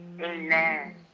Amen